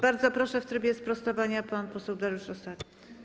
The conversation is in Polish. Bardzo proszę, w trybie sprostowania pan poseł Dariusz Rosati.